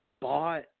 bought